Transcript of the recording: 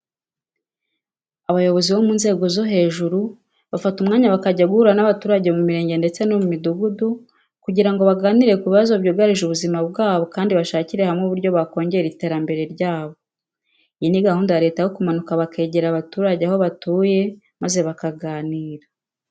Abayobozi bo mu nzego zo hejuru bafata umwanya bakajya guhura n'abaturage mu mirenge ndetse no mu midugudu kugira ngo baganire ku bibazo byugarije ubuzima bwabo kandi bashakire hamwe uburyo bakongera iterambere ryabo. Iyi ni gahunda ya Leta yo kumanuka bakegera abaturage aho batuye maze bakaganira.